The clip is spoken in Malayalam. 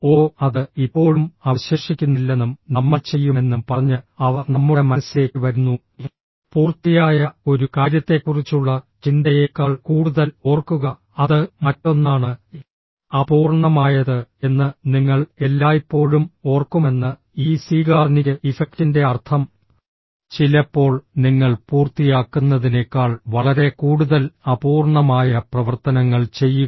ഓ അത് ഇപ്പോഴും അവശേഷിക്കുന്നില്ലെന്നും നമ്മൾ ചെയ്യുമെന്നും പറഞ്ഞ് അവ നമ്മുടെ മനസ്സിലേക്ക് വരുന്നു പൂർത്തിയായ ഒരു കാര്യത്തെക്കുറിച്ചുള്ള ചിന്തയേക്കാൾ കൂടുതൽ ഓർക്കുക അത് മറ്റൊന്നാണ് അപൂർണ്ണമായത് എന്ന് നിങ്ങൾ എല്ലായ്പ്പോഴും ഓർക്കുമെന്ന് ഈ സീഗാർനിക് ഇഫക്റ്റിന്റെ അർത്ഥം ചിലപ്പോൾ നിങ്ങൾ പൂർത്തിയാക്കുന്നതിനേക്കാൾ വളരെ കൂടുതൽ അപൂർണ്ണമായ പ്രവർത്തനങ്ങൾ ചെയ്യുക